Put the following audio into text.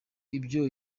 ibyo